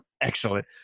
excellent